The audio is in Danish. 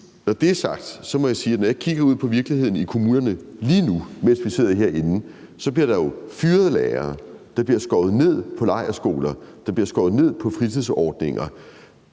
når det er sagt, må jeg sige, at når jeg kigger ud på virkeligheden i kommunerne lige nu, mens vi sidder herinde, er den jo, at der bliver fyret lærere, der bliver skåret ned på lejrskoler, der bliver skåret ned på fritidsordninger.